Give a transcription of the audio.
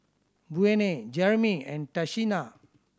Buena Jerimy and Tashina